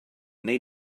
wnei